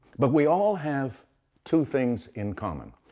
but we all have two things in common.